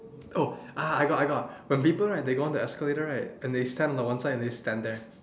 oh ah I got got when people right they go up the escalator right and they stand on the one side and they stand there